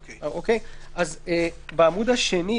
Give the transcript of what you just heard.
בעמ' 2,